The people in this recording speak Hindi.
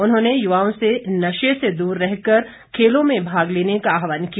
उन्होंने युवाओं से नशे से दूर रह कर खेलों में भाग लेने का आह्वान किया